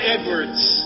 Edwards